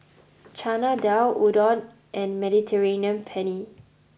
Chana Dal Udon and Mediterranean Penne